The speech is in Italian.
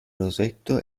rosetto